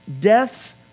death's